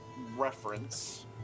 reference